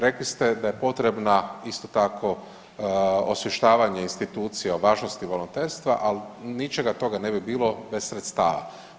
Rekli ste da je potrebna isto tako osvještavanje institucija o važnosti volonterstva, ali ničega toga ne bi bilo bez sredstava.